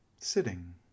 sitting